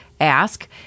ask